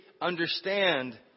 understand